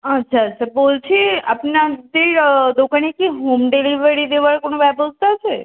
আচ্ছা আচ্ছা বলছি আপনার যে দোকানে কি হোম ডেলিভারি দেওয়ার কোনো ব্যবস্থা আছে